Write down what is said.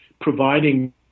providing